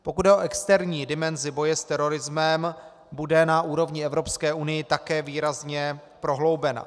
Pokud jde o externí dimenzi boje s terorismem, bude na úrovni Evropské unie také výrazně prohloubena.